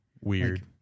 Weird